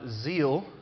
zeal